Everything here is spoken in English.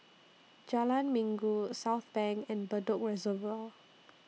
Jalan Minggu Southbank and Bedok Reservoir